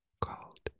called